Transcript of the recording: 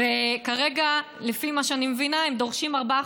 וכרגע לפי מה שאני מבינה הם דורשים ארבעה